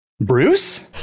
Bruce